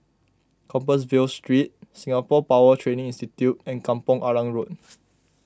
Compassvale Street Singapore Power Training Institute and Kampong Arang Road